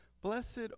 Blessed